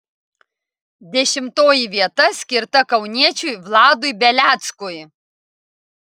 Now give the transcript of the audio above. dešimtoji vieta skirta kauniečiui vladui beleckui